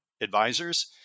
advisors